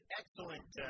excellent